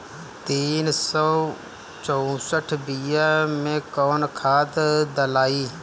तीन सउ चउसठ बिया मे कौन खाद दलाई?